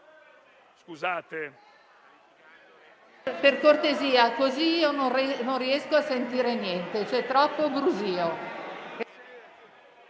per cortesia, così non riesco a sentire niente. C'è troppo brusio.